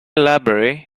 library